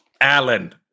Alan